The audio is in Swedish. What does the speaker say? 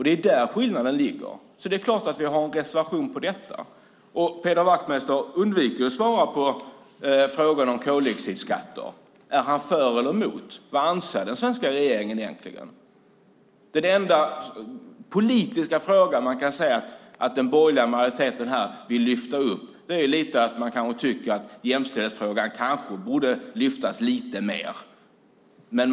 Det är där skillnaden ligger, så det är klart att vi har en reservation när det gäller detta. Peder Wachtmeister undviker att svara på frågan om koldioxidskatter. Är han för eller emot? Vad anser regeringen egentligen? Den enda politiska fråga som den borgerliga majoriteten kan sägas vilja lyfta upp är jämställdhetsfrågan. Man tycker att jämställdhetsfrågan kanske borde lyftas upp lite mer.